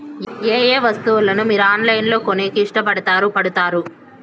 ఏయే వస్తువులను మీరు ఆన్లైన్ లో కొనేకి ఇష్టపడుతారు పడుతారు?